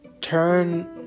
turn